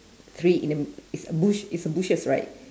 three in a it's a bush it's a bushes right